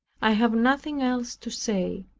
i have nothing else to say.